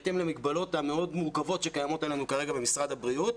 בהתאם למגבלות המאוד מורכבות שקיימות עלינו כרגע ממשרד הבריאות,